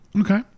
Okay